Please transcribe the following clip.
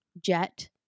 Jet